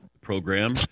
Program